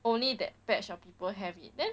only that batch of people have it then